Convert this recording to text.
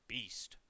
Beast